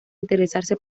interesarse